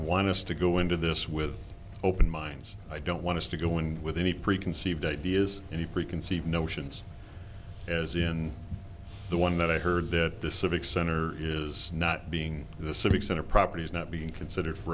want us to go into this with open minds i don't want to go in with any preconceived ideas any preconceived notions as in the one that i heard that the civic center is not being the civic center property is not being considered for